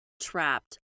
trapped